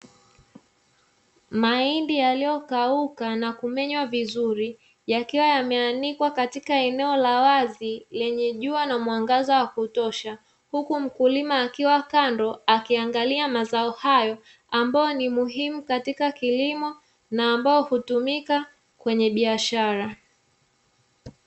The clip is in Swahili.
Mahindi yaliyokauka na kumenywa vizuri yakiwa yameanikwa katika eneo la wazi lenye jua na mwangaza wa kutosha; huku mkulima akiwa kando akiangalia mazao hayo, ambayo ni muhimu katika kilimo na ambao hutumika kwenye biashara.